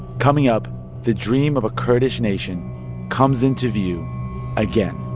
coming up the dream of a kurdish nation comes into view again